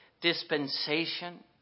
dispensation